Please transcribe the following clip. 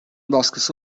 baskısı